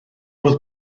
fodd